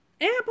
Apple